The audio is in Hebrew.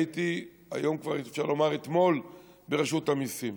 הייתי אתמול ברשות המיסים.